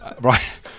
right